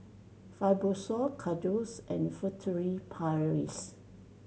Fibrosol Kordel's and Furtere Paris